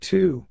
Two